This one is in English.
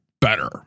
better